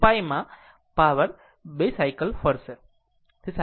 પરંતુ 2π માં power 2 cycle કરશે